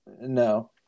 no